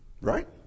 Right